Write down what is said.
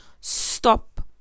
Stop